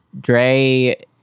Dre